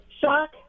shock